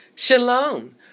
Shalom